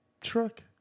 Truck